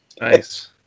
Nice